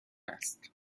است